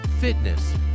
fitness